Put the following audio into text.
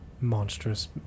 monstrous